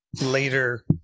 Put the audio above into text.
Later